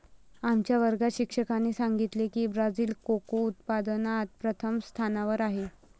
आमच्या वर्गात शिक्षकाने सांगितले की ब्राझील कोको उत्पादनात प्रथम स्थानावर आहे